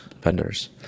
vendors